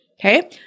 Okay